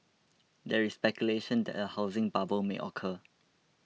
there is speculation that a housing bubble may occur